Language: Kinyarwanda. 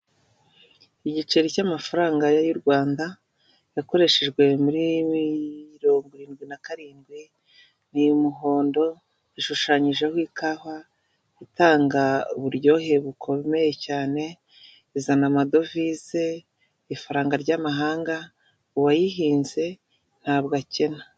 Igiceri cy'amafaranga y'u rwanda yakoreshejwe muriro irindwi na karindwi ni umuhondo, ishushanyijeho ikawa itanga uburyohe bukomeye cyane, izana amadovize ifaranga ry'amahanga uwayihinze ntabwo akena.